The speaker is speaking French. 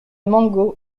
mango